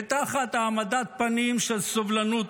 ותחת העמדת פנים של סובלנות,